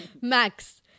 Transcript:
Max